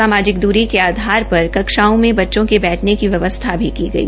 सामाजिक द्री के आधार पर कक्षाओं में बच्चों को बैठने की व्यवस्था भी की गई